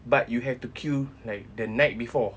but you have to queue like the night before